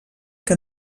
que